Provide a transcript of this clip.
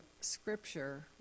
scripture